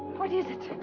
what is it?